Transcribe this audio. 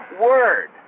word